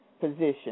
Position